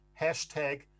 hashtag